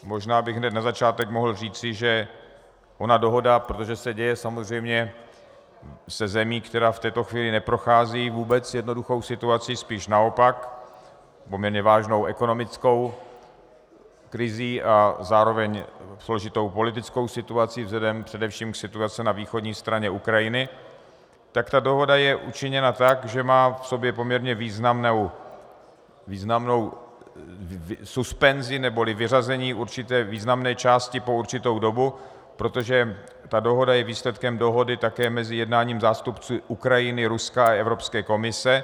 Možná bych hned na začátek mohl říct, že ona dohoda protože se děje samozřejmě se zemí, která v této chvíli neprochází vůbec jednoduchou situací, spíš naopak, poměrně vážnou ekonomickou krizí a zároveň složitou politickou situací vzhledem především k situaci na východní straně Ukrajiny dohoda je učiněna tak, že má v sobě poměrně významnou suspenzi neboli vyřazení určité významné části po určitou dobu, protože ta dohoda je výsledkem dohody také mezi jednáním zástupců Ukrajiny, Ruska a Evropské komise.